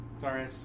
Sorry